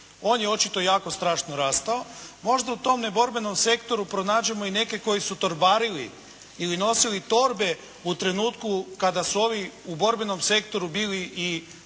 on je očito jako strašno rastao. Možda u tom neborbenom sektoru pronađemo i neke koji su torbarili ili nosili torbe u trenutku kada su ovi u borbenom sektoru bili i